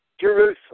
Jerusalem